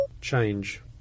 Change